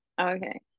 Okay